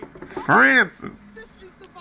Francis